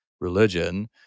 religion